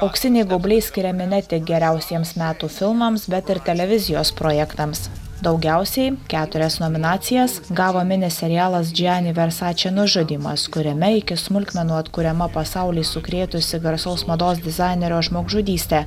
auksiniai gaubliai skiriami ne tik geriausiems metų filmams bet ir televizijos projektams daugiausiai keturias nominacijas gavo mini serialas džiani versači nužudymas kuriame iki smulkmenų atkuriama pasaulį sukrėtusi garsaus mados dizainerio žmogžudystė